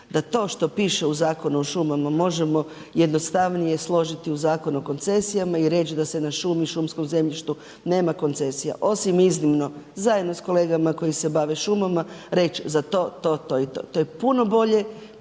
da to što piše u Zakonu o šumama možemo jednostavnije složiti u Zakon o koncesijama i reći da se na šumi i na šumskom zemljištu nema koncesija, osim iznimno zajedno s kolegama koji se bave šumama reći za to, to i to. To je puno bolje,